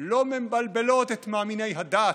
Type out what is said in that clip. לא מבלבלות את מאמיני הכת.